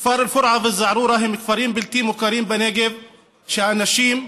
הכפרים אל-פרעה וזערורה הם כפרים בלתי מוכרים בנגב שהאנשים בהם,